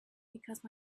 because